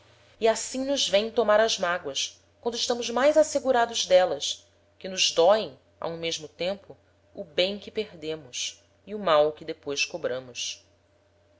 e assim nos veem tomar as mágoas quando estamos mais assegurados d'élas que nos doem a um mesmo tempo o bem que perdemos e o mal que depois cobramos